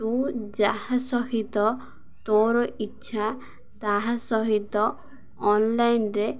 ତୁ ଯାହା ସହିତ ତୋର ଇଚ୍ଛା ତାହା ସହିତ ଅନ୍ଲାଇନ୍ରେ